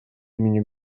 имени